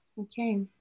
Okay